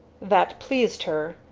that pleased her.